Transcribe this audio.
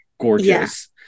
gorgeous